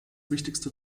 wichtigste